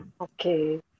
okay